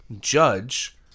judge